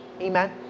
Amen